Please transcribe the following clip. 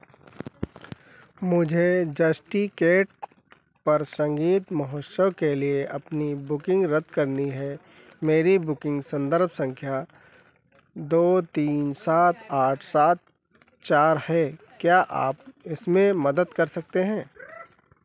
मुझे जस्टिकेट पर संगीत महोत्सव के लिए अपनी बुकिंग रद्द करनी है मेरी बुकिंग संदर्भ संख्या दो तीन सात आठ सात चार है क्या आप इसमें मदद कर सकते हैं